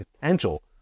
potential